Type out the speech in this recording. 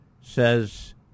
says